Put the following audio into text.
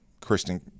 Christian